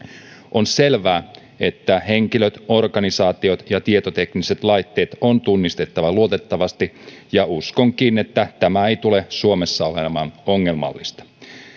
on selvää että henkilöt organisaatiot ja tietotekniset laitteet on tunnistettava luotettavasti ja uskonkin että tämä ei tule suomessa olemaan ongelmallista